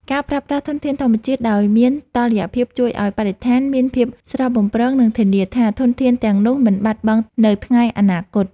ការប្រើប្រាស់ធនធានធម្មជាតិដោយមានតុល្យភាពជួយឱ្យបរិស្ថានមានភាពស្រស់បំព្រង និងធានាថាធនធានទាំងនោះមិនបាត់បង់នៅថ្ងៃអនាគត។